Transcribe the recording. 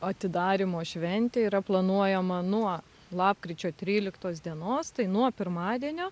atidarymo šventė yra planuojama nuo lapkričio tryliktos dienos tai nuo pirmadienio